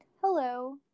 Hello